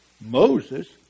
Moses